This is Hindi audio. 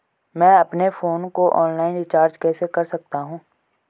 मैं अपने फोन को ऑनलाइन रीचार्ज कैसे कर सकता हूं?